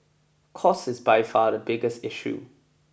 cost is by far the biggest issue